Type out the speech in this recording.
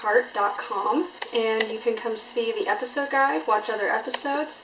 heart dot com and you can come see the episode watch other episodes